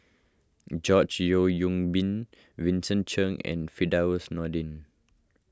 George Yeo Yong Boon Vincent Cheng and Firdaus Nordin